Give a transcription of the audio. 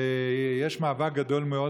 ויש מאבק גדול מאוד.